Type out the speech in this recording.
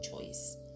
choice